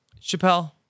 Chappelle